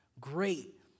great